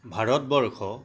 Bharatvarsha